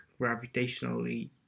gravitationally